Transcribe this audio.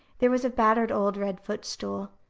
there was a battered old red footstool.